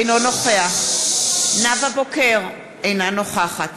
אינו נוכח נאוה בוקר, אינה נוכחת